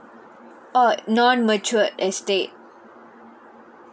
oh non mature estate